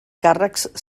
càrrecs